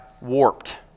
warped